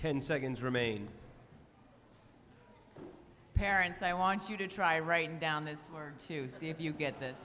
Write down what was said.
ten seconds remain parents i want you to try writing down there's more to see if you get th